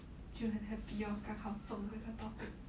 就很 happy lor 刚好中那个 topic